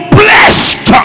blessed